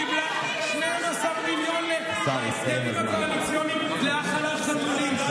נזכרתי שהיא קיבלה 12 מיליון בהסכמים הקואליציוניים להאכלת חתולים.